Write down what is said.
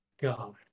God